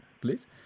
please